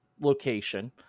location